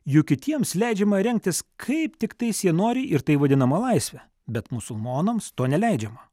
juk kitiems leidžiama rengtis kaip tiktais jie nori ir tai vadinama laisve bet musulmonams to neleidžiama